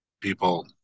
People